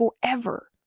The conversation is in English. forever